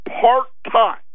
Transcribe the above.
part-time